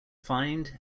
find